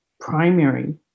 primary